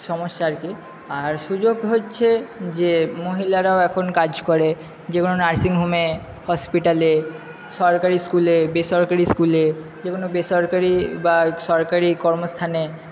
সমস্যা আর কি আর সুযোগ হচ্ছে যে মহিলারাও এখন কাজ করে যে কোনো নার্সিংহোমে হসপিটালে সরকারি স্কুলে বেসরকারি স্কুলে যে কোনো বেসরকারি বা সরকারি কর্মস্থানে